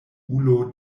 ulo